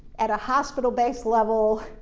at a hospital-based level,